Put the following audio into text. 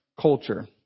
culture